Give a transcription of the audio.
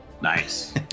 nice